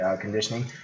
conditioning